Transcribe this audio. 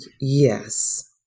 Yes